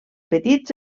petits